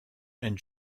and